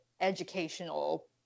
educational